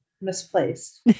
misplaced